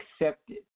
accepted